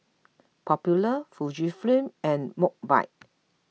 Popular Fujifilm and Mobike